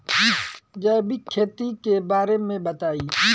जैविक खेती के बारे में बताइ